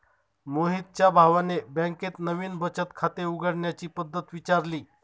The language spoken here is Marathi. मोहितच्या भावाने बँकेत नवीन बचत खाते उघडण्याची पद्धत विचारली